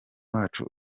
wacu